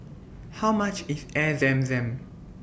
How much IS Air Zam Zam